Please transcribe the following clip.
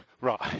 Right